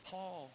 Paul